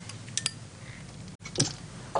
בבקשה.